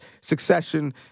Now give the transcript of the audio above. succession